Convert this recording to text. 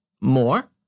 more